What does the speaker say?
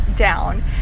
down